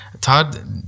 Todd